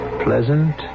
pleasant